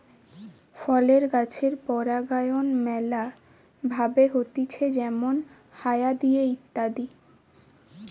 ফলের গাছের পরাগায়ন ম্যালা ভাবে হতিছে যেমল হায়া দিয়ে ইত্যাদি